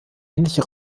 ähnliche